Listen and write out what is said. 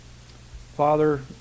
Father